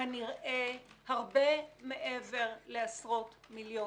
כנראה הרבה מעבר לעשרות מיליונים.